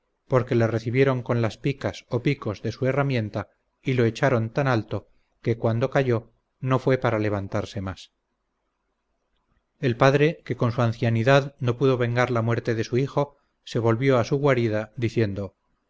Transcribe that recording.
porque le recibieron con las picas o picos de su herramienta y lo echaron tan alto que cuando cayó no fué para levantarse más el padre que con su ancianidad no pudo vengar la muerte de su hijo se volvió a su guarida diciendo